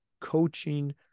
coaching